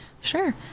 sure